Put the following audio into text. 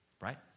right